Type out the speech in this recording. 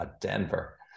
Denver